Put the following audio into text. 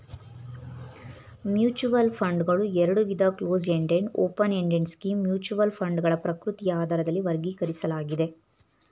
mutual ಫಂಡ್ಗಳು ಎರಡುವಿಧ close ended open ended scheme mutual ಫಂಡ್ಗಳ ಪ್ರಕೃತಿಯ ಆಧಾರದಲ್ಲಿ ವರ್ಗೀಕರಿಸಲಾಗಿದೆ